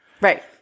Right